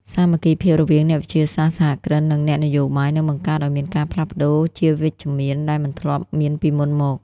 សាមគ្គីភាពរវាងអ្នកវិទ្យាសាស្ត្រ សហគ្រិន និងអ្នកនយោបាយ នឹងបង្កើតឱ្យមានការផ្លាស់ប្តូរជាវិជ្ជមានដែលមិនធ្លាប់មានពីមុនមក។